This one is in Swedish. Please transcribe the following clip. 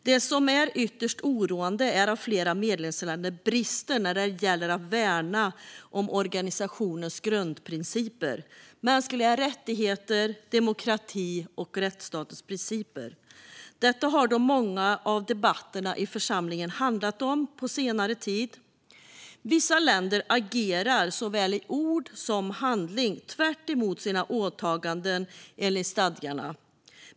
Det som är ytterst oroande är att flera medlemsländer brister när det gäller att värna organisationens grundprinciper, det vill säga mänskliga rättigheter, demokrati och rättsstatsprincipen. Detta har många av debatterna i församlingen handlat om på senare tid. Vissa länder agerar såväl i ord som i handling tvärtemot sina åtaganden enligt stadgarna.